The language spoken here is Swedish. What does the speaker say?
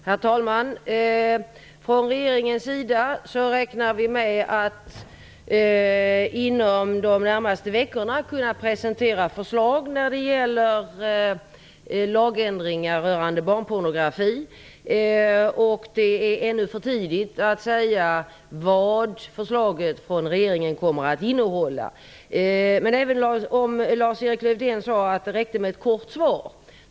Herr talman! Från regeringens sida räknar vi med att inom de närmaste veckorna kunna presentera förslag när det gäller lagändringar rörande barnpornografi. Det är ännu för tidigt att säga vad förslaget från regeringen kommer att innehålla. Lars-Erik Lövdén sade att det räcker med ett kort svar.